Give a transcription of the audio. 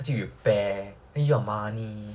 要去 repair then 又要 money